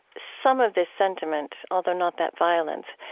some of this sentiment, although not that violence,